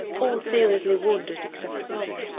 all seriously wounded except one.